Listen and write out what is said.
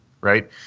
right